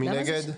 1 נגד,